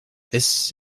this